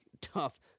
tough